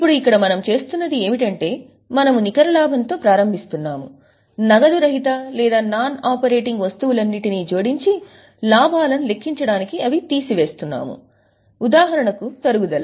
ఇప్పుడు ఇక్కడ మనం చేస్తున్నది ఏమిటంటే మనము నికర లాభంతో ప్రారంభిస్తున్నాము నగదు రహిత లేదా నాన్ ఆపరేటింగ్ వస్తువులన్నింటినీ జోడించి లాభాలను లెక్కించడానికి అవి తీసివేయబడ్డాయి ఉదాహరణకు తరుగుదల